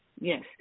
yes